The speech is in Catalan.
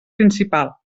principal